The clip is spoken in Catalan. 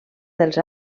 dels